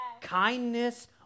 kindness